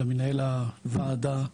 למנהל הוועדה,